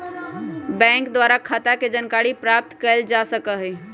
bank द्वारा खता के जानकारी प्राप्त कएल जा सकइ छइ